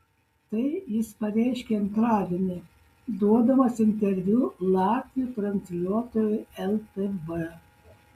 tai jis pareiškė antradienį duodamas interviu latvių transliuotojui ltv